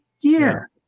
year